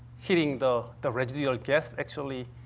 hitting the the residual gas actually,